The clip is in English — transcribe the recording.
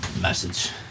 message